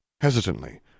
Hesitantly